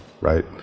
Right